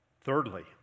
Thirdly